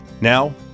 now